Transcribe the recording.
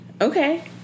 Okay